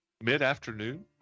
mid-afternoon